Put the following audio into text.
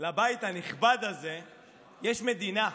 לבית הנכבד הזה יש מדינה.